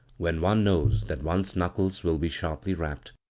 when one knows that one's knuckles will be sharply rapped,